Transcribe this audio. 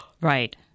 Right